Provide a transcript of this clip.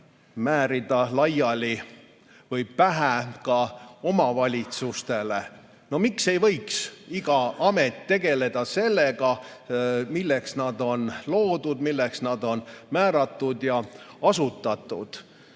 määrida pähe omavalitsustele. No miks ei võiks iga amet tegeleda sellega, milleks nad on loodud, milleks nad on määratud ja asutatud?